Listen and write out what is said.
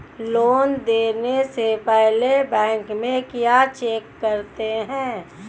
Loan देने से पहले बैंक में क्या चेक करते हैं?